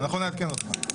אנחנו נעדכן אותך.